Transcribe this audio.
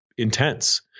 Intense